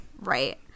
right